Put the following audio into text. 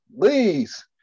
please